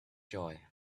joy